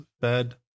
fed